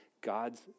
God's